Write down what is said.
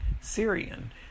Syrian